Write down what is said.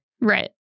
Right